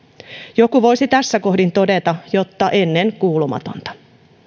joku voisi tässä kohdin todeta että ennenkuulumatonta